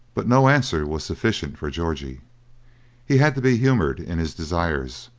but no answer was sufficient for georgie he had to be humored in his desires,